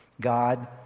God